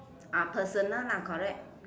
ah personal lah correct